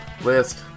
list